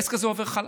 והעסק הזה עובר חלק,